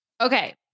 Okay